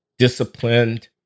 disciplined